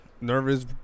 nervous